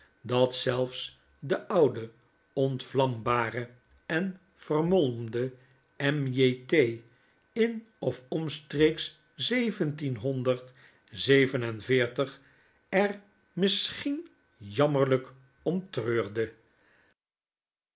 dat zelfs de oude ontvlambare en vermolmde m j t in of omstreeks zeventien honderd zeven en veertig er misschien jammerlijk